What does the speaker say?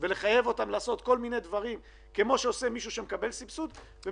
כל מיני דברים שעושים המסובסדים מצד אחד,